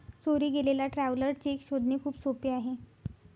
चोरी गेलेला traveller cheque शोधणे खूप सोपे आहे